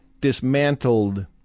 dismantled